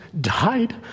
died